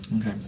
Okay